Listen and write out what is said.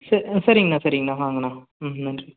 ச ஆ சரிங்க அண்ணா சரிங்கண்ணா வாங்க அண்ணா ம் நன்றி